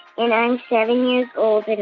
you know i'm seven years old. and